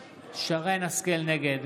השכל, נגד